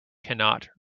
cannot